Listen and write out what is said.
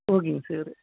ஓகேங்க சார்